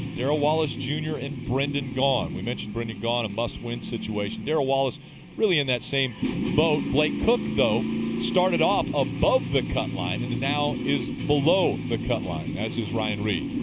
darrell wallace jr. and brendan gaughan. we mentioned brendan gaughan, a must-win situation. darrell wallace really in that same boat. blake koch though started off above the cut line and now is below the cut line as is ryan reed.